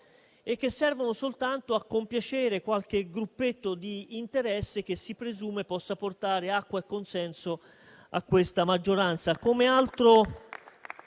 che servono soltanto a compiacere qualche gruppetto di interesse che si presume possa portare altro consenso a questa maggioranza.